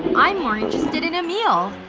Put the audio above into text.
i'm more interested in a meal.